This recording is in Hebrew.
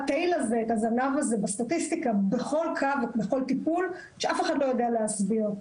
הזנב הזה בסטטיסטיקה בכל קו ובכל טיפול שאף אחד לא יודע להסביר,